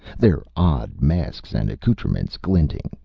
their odd masks and accoutrements glinting,